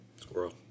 Squirrel